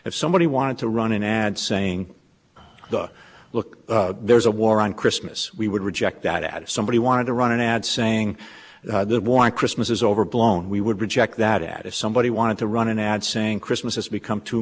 if somebody wanted to run an ad saying look there's a war on christmas we would reject that if somebody wanted to run an ad saying the war on christmas is overblown we would reject that ad if somebody wanted to run an ad saying christmas has become too